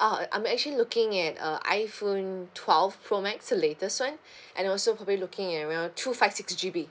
oh I'm actually looking at uh iphone twelve pro max the latest [one] and also probably looking at around two five six G_B